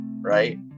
right